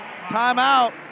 Timeout